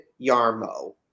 Yarmo